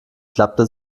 klappte